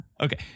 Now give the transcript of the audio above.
Okay